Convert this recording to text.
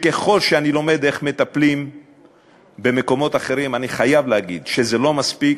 ככל שאני לומד איך מטפלים במקומות אחרים אני חייב להגיד שזה לא מספיק,